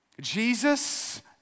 Jesus